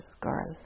girl